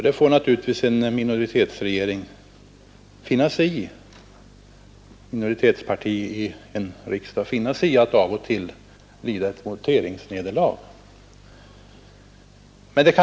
Ett minoritetsparti i riksdagen får naturligtvis av och till finna sig i att lida ett voteringsnederlag.